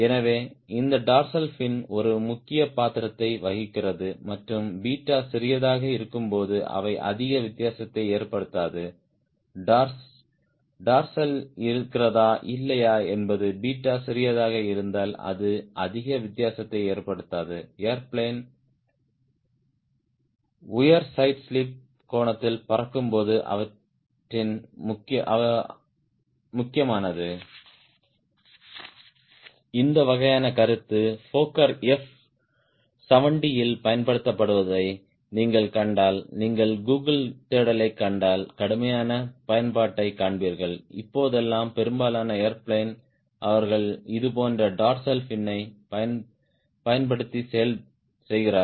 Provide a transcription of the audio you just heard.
எனவே இந்த dorsal fin ஒரு முக்கிய பாத்திரத்தை வகிக்கிறது மற்றும் 𝛽 சிறியதாக இருக்கும்போது அவை அதிக வித்தியாசத்தை ஏற்படுத்தாது டார்சல் இருக்கிறதா இல்லையா என்பது 𝛽 சிறியதாக இருந்தால் அது அதிக வித்தியாசத்தை ஏற்படுத்தாது ஏர்பிளேன் உயர் சைடு ஸ்லிப் கோணத்தில் பறக்கும் போது அவற்றின் முக்கியமானது இந்த வகையான கருத்து ஃபோக்கர் எஃப் 70 இல் பயன்படுத்தப்படுவதை நீங்கள் கண்டால் நீங்கள் கூகிள் தேடலைக் கண்டால் கடுமையான பயன்பாட்டைக் காண்பீர்கள் இப்போதெல்லாம் பெரும்பாலான ஏர்பிளேன் அவர்கள் இதுபோன்ற டார்சல் ஃபினைப் பயன்படுத்தி செய்கிறார்கள்